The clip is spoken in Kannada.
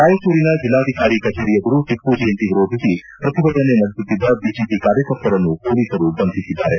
ರಾಯಚೂರಿನ ಜಿಲ್ಲಾಧಿಕಾರಿ ಕಚೇರಿ ಎದುರು ಟಿಪ್ಪು ಜಯಂತಿ ವಿರೋಧಿಸಿ ಪ್ರತಿಭಟನೆ ನಡೆಸುತ್ತಿದ್ದ ಬಿಜೆಪಿ ಕಾರ್ಯಕರ್ತರನ್ನು ಮೊಲೀಸರು ಬಂಧಿಸಿದ್ದಾರೆ